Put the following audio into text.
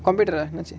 computer